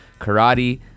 karate